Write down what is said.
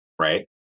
right